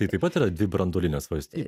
tai taip pat yra dvi branduolinės valstybės